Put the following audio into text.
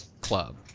club